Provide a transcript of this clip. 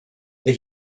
the